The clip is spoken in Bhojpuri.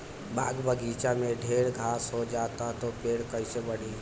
बाग बगइचा में ढेर घास हो जाता तो पेड़ कईसे बढ़ी